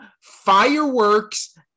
fireworks